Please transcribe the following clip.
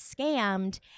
scammed